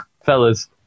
fellas